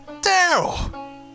Daryl